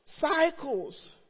Cycles